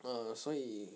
err 所以